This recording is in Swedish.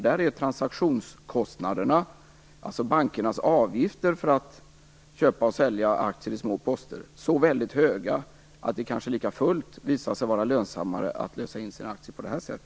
Där är transaktionskostnaderna, dvs. bankernas avgifter för att köpa och sälja aktier i små poster, så väldigt höga att det kanske likafullt visar sig vara lönsammare att lösa in sina aktier på detta sätt.